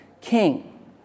king